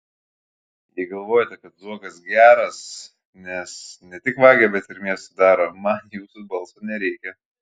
jei galvojate kad zuokas geras nes ne tik vagia bet ir miestui daro man jūsų balso nereikia